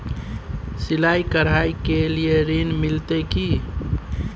सिलाई, कढ़ाई के लिए ऋण मिलते की?